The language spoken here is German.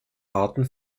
arten